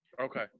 Okay